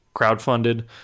crowdfunded